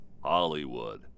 Hollywood